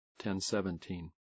10.17